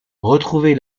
retrouvée